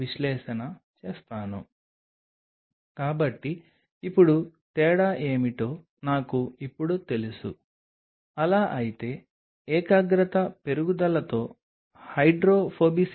కణాలు అటాచ్ కావడానికి మీరు సహేతుకమైన మొత్తంలో అంటిపెట్టుకునే వైపు మరియు దాని చుట్టూ సన్నని నీటి పొరను కలిగి ఉండాలి